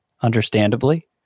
understandably